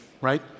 right